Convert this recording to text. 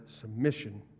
submission